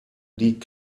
die